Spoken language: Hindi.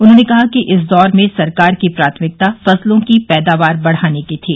उन्होंने कहा कि इस दौर में सरकार की प्राथमिकता फसलों की पैदावार बढ़ाने की थी